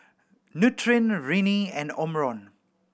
Nutren Rene and Omron